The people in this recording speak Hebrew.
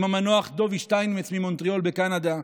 עם המנוח דובי שטיינמץ ממונטריאול בקנדה.